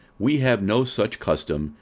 we have no such custom,